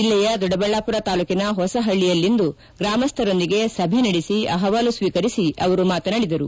ಜಿಲ್ಲೆಯ ದೊಡ್ಡಬಳ್ಳಾಪುರ ತಾಲೂಕಿನ ಹೊಸಹಳ್ಳಿಯಲ್ಲಿಂದು ಗ್ರಾಮಸ್ತರೊಂದಿಗೆ ಸಭೆ ನಡೆಸಿ ಅಹವಾಲು ಸ್ನೀಕರಿಸಿ ಅವರು ಮಾತನಾಡಿದರು